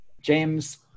James